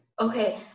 okay